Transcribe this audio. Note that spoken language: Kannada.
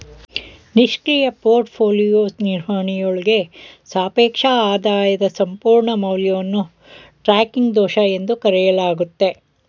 ನಿಷ್ಕ್ರಿಯ ಪೋರ್ಟ್ಫೋಲಿಯೋ ನಿರ್ವಹಣೆಯಾಳ್ಗ ಸಾಪೇಕ್ಷ ಆದಾಯದ ಸಂಪೂರ್ಣ ಮೌಲ್ಯವನ್ನು ಟ್ರ್ಯಾಕಿಂಗ್ ದೋಷ ಎಂದು ಕರೆಯಲಾಗುತ್ತೆ